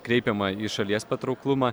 kreipiama į šalies patrauklumą